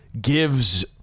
Gives